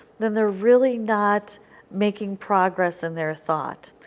then they are really not making progress in their thought.